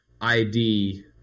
ID